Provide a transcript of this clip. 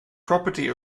property